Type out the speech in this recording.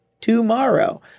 tomorrow